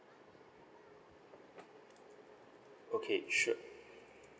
okay sure